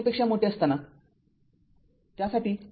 तर t 0 साठी ४ ०